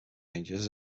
rangers